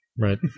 right